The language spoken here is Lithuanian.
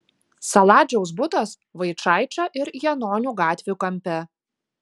saladžiaus butas vaičaičio ir janonių gatvių kampe